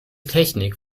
technik